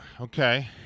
okay